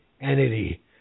entity